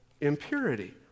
impurity